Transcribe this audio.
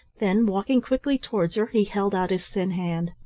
then, walking quickly towards her, he held out his thin hand.